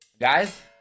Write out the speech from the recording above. Guys